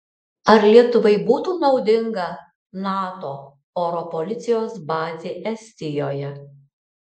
ar lietuvai būtų naudinga nato oro policijos bazė estijoje